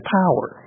power